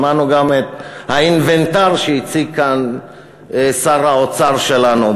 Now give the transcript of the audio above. שמענו גם את האינוונטר שהציג כאן שר האוצר שלנו.